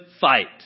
fight